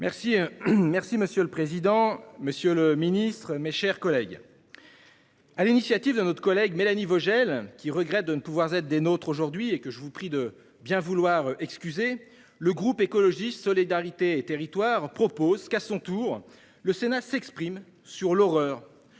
Monsieur le président, monsieur le ministre, mes chers collègues, sur l'initiative de notre collègue Mélanie Vogel, qui regrette de ne pouvoir être parmi nous aujourd'hui et qui vous prie de bien vouloir l'en excuser, le groupe Écologiste-Solidarité et Territoires propose que le Sénat s'exprime à son tour